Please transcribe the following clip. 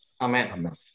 Amen